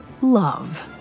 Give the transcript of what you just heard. love